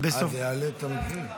זה יעלה את המחיר.